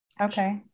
Okay